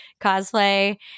cosplay